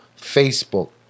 Facebook